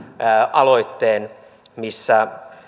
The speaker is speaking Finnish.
aloitteen missä